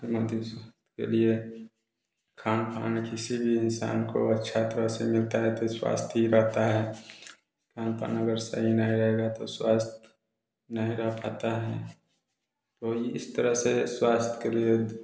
मुख्यमंत्री जी के लिए खान पान किसी भी इंसान को अच्छा तरह से मिलता है तो स्वास्थ्य भी ठीक रहता है खानपान अगर सही नहीं रहेगा तो स्वास्थ नहीं रह पाता है तो इस तरह से स्वास्थ्य के लिए